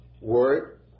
word